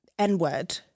N-word